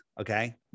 Okay